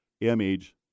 image